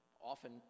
often